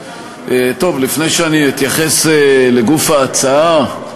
לפני שאני אתייחס לגוף ההצעה,